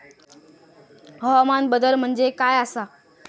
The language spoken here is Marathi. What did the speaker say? हवामान बदल म्हणजे काय आसा?